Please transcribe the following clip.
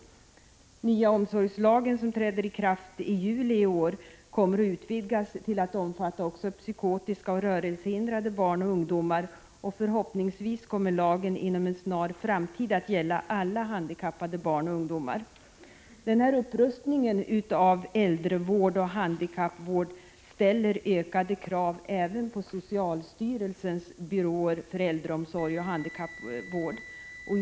Den nya omsorgslagen, som träder i kraft i juli i år, kommer att utvidgas till att också omfatta psykotiska och rörelsehindrade barn och ungdomar. Förhoppningsvis kommer lagen inom en snar framtid att gälla alla handikappade barn och ungdomar. Den här upprustningen av äldrevård och handikappvård ställer ökade krav även på socialstyrelsens byråer för äldreomsorg och handikappvård.